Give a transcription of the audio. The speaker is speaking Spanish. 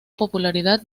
popularidad